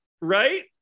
Right